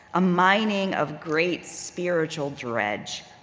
a mining of great spiritual dredge,